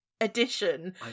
edition